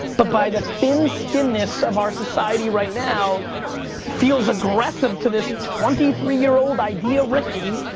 but by the thin skinness of our society right now feels aggressive to this twenty three year old idea ricky,